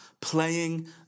playing